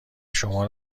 شما